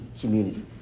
community